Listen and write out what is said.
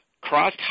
cross